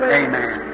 amen